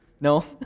No